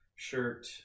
Shirt